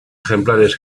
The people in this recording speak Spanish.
ejemplares